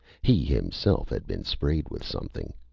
he, himself, had been sprayed with something.